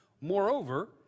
Moreover